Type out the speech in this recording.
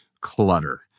clutter